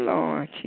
Lord